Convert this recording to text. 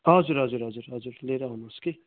हजुर हजुर हजुर हजुर लिएर आउनुहोस् कि